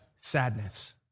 sadness